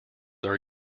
are